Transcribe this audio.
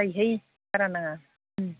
जायोहाय बारा नाङा